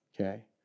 Okay